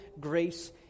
Grace